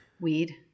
Weed